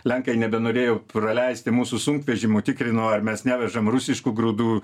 lenkai nebenorėjo praleisti mūsų sunkvežimių tikrino ar mes nevežam rusiškų grūdų